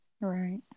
Right